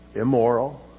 immoral